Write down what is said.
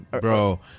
Bro